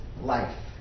life